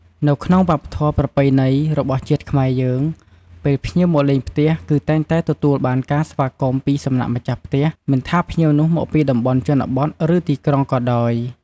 នៅក្នុងវប្បធម៌ប្រពៃណីរបស់ជាតិខ្មែរយើង ពេលភ្ញៀវមកលេងផ្ទះ គឺតែងតែទទួលបានការស្វាគមន៍ពីសំណាក់ម្ចាស់ផ្ទះ មិនថាភ្ញៀវនោះមកពីតំបន់ជនបទឬទីក្រុងក៏ដោយ។